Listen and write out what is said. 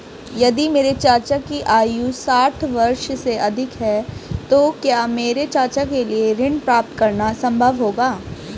यदि मेरे चाचा की आयु साठ वर्ष से अधिक है तो क्या मेरे चाचा के लिए ऋण प्राप्त करना संभव होगा?